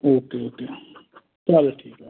okay okay चालेल ठीक आहे